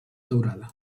daurada